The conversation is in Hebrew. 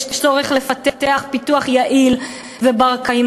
צריך לפתח את אותם יישובים פיתוח יעיל ובר-קיימא,